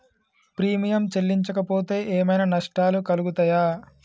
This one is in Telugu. ప్రీమియం చెల్లించకపోతే ఏమైనా నష్టాలు కలుగుతయా?